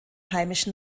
heimischen